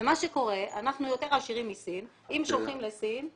מה שקורה זה שאנחנו יותר עשירים מסין ואם שולחים לסין,